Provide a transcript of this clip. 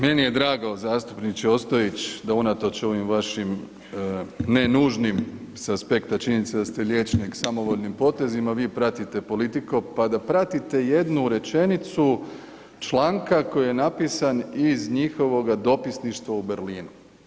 Meni je drago zastupniče Ostojić da unatoč ovim vašim ne nužnim sa aspekta činjenice da ste liječnik samovoljnim potezima, vi pratite Politiko, pa da pratite jednu rečenicu članka koji je napisan iz njihovoga dopisništva u Berlinu.